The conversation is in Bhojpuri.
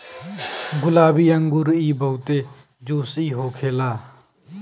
गुलाबी अंगूर इ बहुते जूसी होखेला